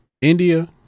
India